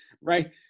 right